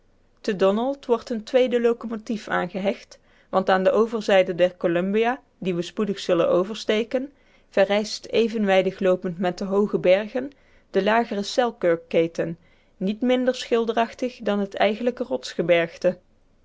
te donald wordt een tweede locomotief aangehecht want aan de overzijde der columbia die we spoedig zullen oversteken verrijst evenwijdig loopend met de hooge bergen de lagere selkirk keten niet minder schilderachtig dan het eigenlijke